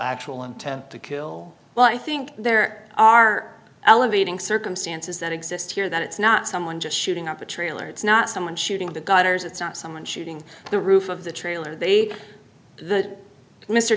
actual intent to kill well i think there are elevating circumstances that exist here that it's not someone just shooting up a trailer it's not someone shooting in the gutters it's not someone shooting the roof of the trailer they the mr